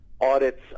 audits